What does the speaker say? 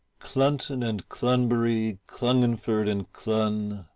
clunton and clunbury, clungunford and clun,